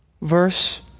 Verse